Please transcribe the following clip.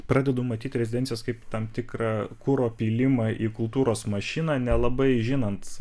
pradedu matyt rezidencijos kaip tam tikrą kuro pylimą į kultūros mašiną nelabai žinant